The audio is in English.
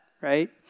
right